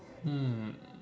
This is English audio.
um